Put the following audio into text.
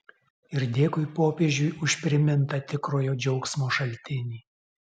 ir dėkui popiežiui už primintą tikrojo džiaugsmo šaltinį